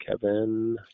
Kevin